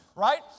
Right